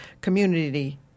community